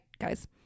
guys